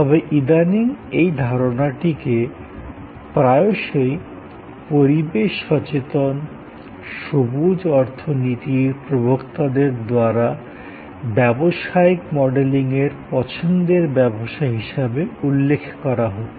তবে ইদানীং এই ধারণাটিকে পরিবেশ সচেতন গ্রীন ইকোনমির প্রবক্তারা তাদের ব্যবসার নকশীকরণের প্রথম পছন্দের ব্যবস্থা হিসাবে উল্লেখ করছেন